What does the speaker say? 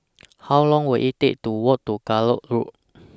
How Long Will IT Take to Walk to Gallop Road